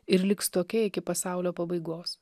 ir liks tokia iki pasaulio pabaigos